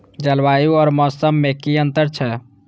जलवायु और मौसम में कि अंतर छै?